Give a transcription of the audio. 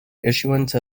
issuance